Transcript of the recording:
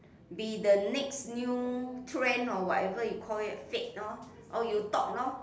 be the next new trend or whatever you call it fad lor or you talk lor